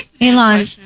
Elon